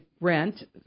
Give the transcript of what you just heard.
rent